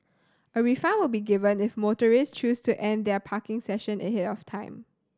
a refund will be given if motorist choose to end their parking session ahead of time